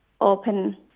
open